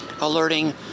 alerting